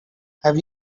have